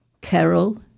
carol